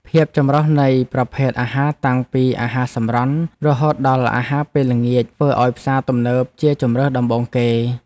ភាពចម្រុះនៃប្រភេទអាហារតាំងពីអាហារសម្រន់រហូតដល់អាហារពេលល្ងាចធ្វើឱ្យផ្សារទំនើបជាជម្រើសដំបូងគេ។